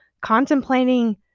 contemplating